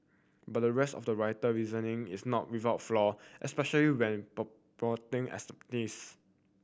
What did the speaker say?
but the rest of the writer reasoning is not without flaw especially when promoting